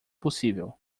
possível